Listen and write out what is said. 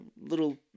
little